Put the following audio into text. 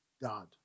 God